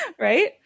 Right